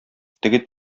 теге